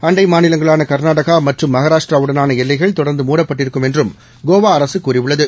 அண்டைமாநிலங்களானகர்நாடகாமற்றும்மகாராஷ்டிராவுடனானஎல் லைகள்தொடர்ந்துமூடப்பட்டிருக்கும்என்றும்கோவாஅரசுகூறியுள்ளது